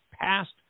past